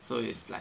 so is like